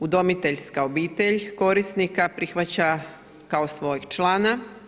Udomiteljska obitelj korisnika prihvaća kao svojeg člana.